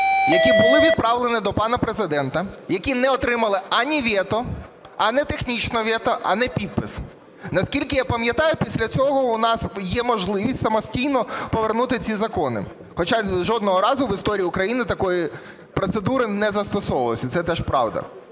які були відправлені до пана Президента, які не отримали ані вето, ані технічне вето, ані підпис. Наскільки я пам'ятаю, після цього у нас є можливість самостійно повернути ці закони. Хоча жодного разу в історії України такої процедури на застосовувалось, це теж правда.